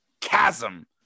chasm